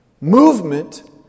movement